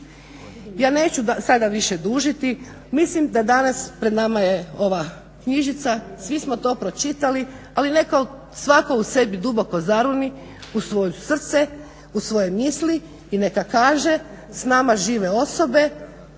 Ja neću sada više dužiti. Mislim da danas pred nama je ova knjižica. Svi smo to pročitali, ali neka svatko u sebi duboko zaroni u svoje srce, u svoje misli i neka kaže s nama žive osobe